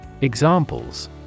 Examples